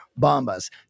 Bombas